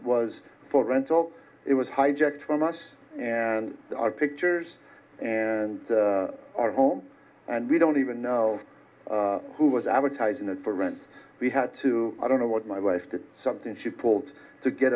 was for rent it was hijacked from us and our pictures and our home and we don't even know who was advertising for rent we had to i don't know what my wife did something she pulled to get